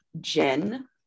Jen